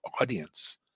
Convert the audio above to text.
audience